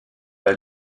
est